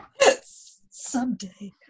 Someday